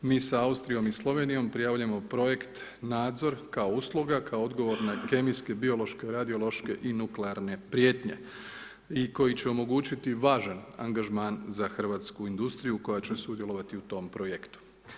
Mi sa Austrijom i Slovenijom prijavljujemo projekt nadzor kao usluga, kao odgovor na kemijske, biološke, radiološke i nuklearne prijetnje i koji će omogućiti važan angažman za hrvatsku industriju koja će sudjelovati u tome projektu.